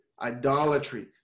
idolatry